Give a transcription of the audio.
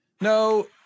No